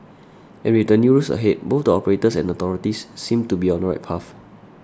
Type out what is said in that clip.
and with the new rules ahead both the operators and authorities seem to be on the right path